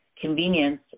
convenience